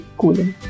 cooling